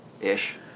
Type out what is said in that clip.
Ish